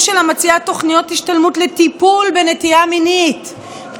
שלה מציעה תוכניות השתלמות לטיפול בנטייה מינית,